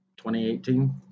2018